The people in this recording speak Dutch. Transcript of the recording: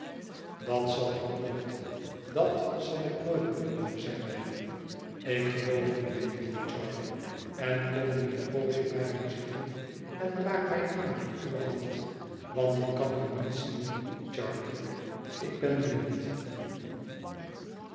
dat zal ik nooit dat zal ik nooit beloofde zij mij ik geloof u mijne lieve charley en kom nu een poosje bij mij zitten en raak mij aan met uwe hand want ik kan u niet zien charley ik ben blind